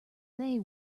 they